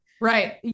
Right